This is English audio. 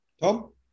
Tom